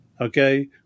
Okay